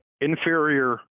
Inferior